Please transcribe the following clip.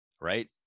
right